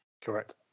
Correct